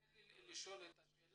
תן לי לשאול את השאלה.